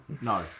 No